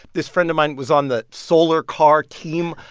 this friend of mine was on the solar car team.